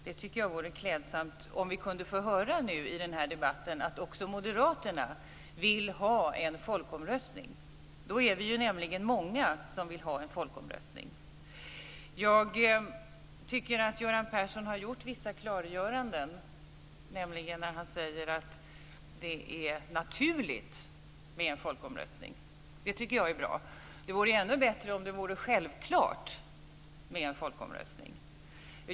Jag tycker att det vore klädsamt om vi kunde få höra i den här debatten att också Moderaterna vill ha en folkomröstning. Då är vi nämligen många som vill ha en folkomröstning. Jag tycker att Göran Persson har gjort vissa klargöranden. Han säger nämligen att det är "naturligt" med en folkomröstning. Det tycker jag är bra. Det vore ännu bättre om det vore "självklart" med en folkomröstning.